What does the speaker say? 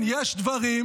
נתקבלה.